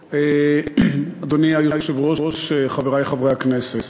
אדוני היושב-ראש, חברי חברי הכנסת,